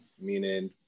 meaning